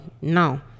now